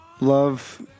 Love